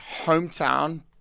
hometown